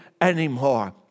anymore